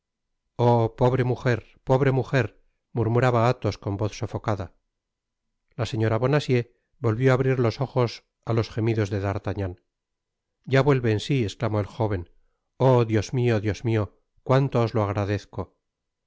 oh pobre mujer pobre mujer murmuraba athos con voz sofocada la señora bonacieux volvió á abrir los ojos á los gemidos de d'artagnan ya vuelve en si esclamó el jóven oh dios mio dios mio cuánto os lo agradezco